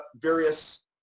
various